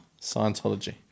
Scientology